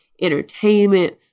entertainment